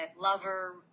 lover